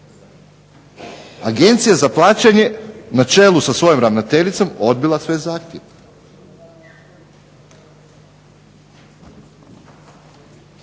Agencija za plaćanje na čelu sa svojom ravnateljicom odbila sve zahtjeve.